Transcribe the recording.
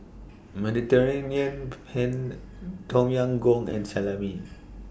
Mediterranean Penne Tom Yam Goong and Salami